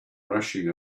rushing